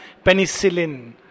penicillin